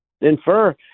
infer